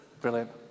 Brilliant